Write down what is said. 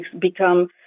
become